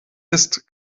ist